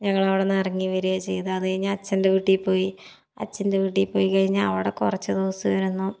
ഞങ്ങവിടുന്ന് ഇറങ്ങി വരുകാ ചെയ്തേ അതുകഴിഞ്ഞ് അച്ഛൻ്റെ വീട്ടിൽ പൊയി അച്ഛൻ്റെ വീട്ടിൽ പൊയ്ക്കഴിഞ്ഞ് അവിടെ കുറച്ച് ദിവസം ഇരുന്നു